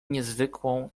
niezwykłą